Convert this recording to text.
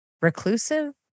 reclusive